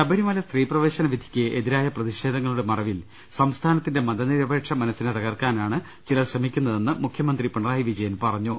ശബരിമല സ്ത്രീ പ്രവേശന വിധിക്ക് എതിരായ പ്രതിഷേധങ്ങളുടെ മറവിൽ സംസ്ഥാനത്തിന്റെ മതനിരപേക്ഷ മനസ്സിനെ തകർക്കാനാണ് ചിലർ ശ്രമിക്കുന്നതെന്ന് മുഖ്യമന്ത്രി പിണറായി വിജയൻ പറഞ്ഞു